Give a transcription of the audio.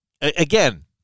again